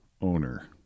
owner